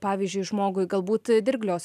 pavyzdžiui žmogui galbūt dirglios